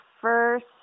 first